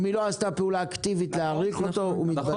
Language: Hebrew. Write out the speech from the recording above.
אם היא לא עשתה פעולה אקטיבית להאריך אותו הוא מתבטל.